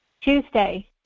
Tuesday